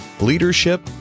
leadership